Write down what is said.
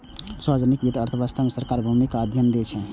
सार्वजनिक वित्त अर्थव्यवस्था मे सरकारक भूमिकाक अध्ययन छियै